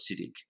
acidic